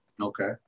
Okay